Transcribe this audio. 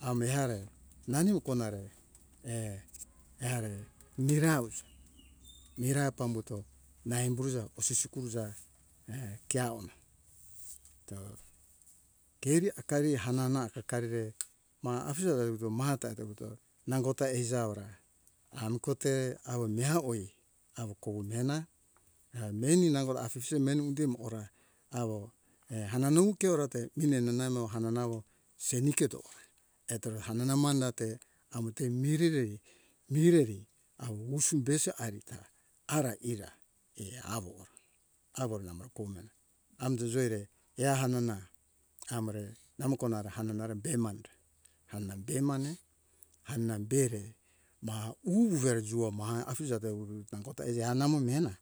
ame heare nani ukona re err ehare mira uza mira pambuto na embo ruza osisi kuruza err ke awo na to keri akari hanana akari be ma afije ta uto maha ta uto uto nangota ai jawora ami kote awo meha oi awo kou ah mena ah meni nangota afije meni unde mi ora awo err hanana ukeora ate mine ne namo hanana awo seni keto etore hanana ma mandate amo te mirerei mireri awo usu besi ari ta ara ira err awo ra awo re namore kou mena amta joere ea hanana amore namo kona ra hanana re be manre hana be mane hana be re maha uve jua maha afija te ururu nangota eri anamo mena